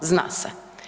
Zna se.